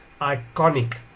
Iconic